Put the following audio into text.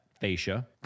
fascia